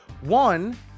One